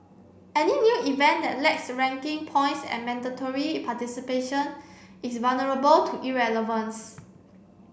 any new event that lacks ranking points and mandatory participation is vulnerable to irrelevance